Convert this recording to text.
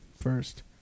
first